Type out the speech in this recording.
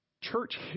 Church